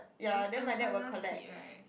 it's Angsana seed right